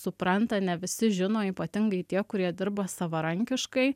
supranta ne visi žino ypatingai tie kurie dirba savarankiškai